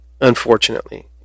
unfortunately